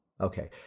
Okay